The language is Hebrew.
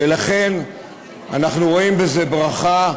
ולכן אנחנו רואים בזה ברכה,